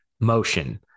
motion